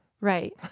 Right